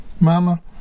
Mama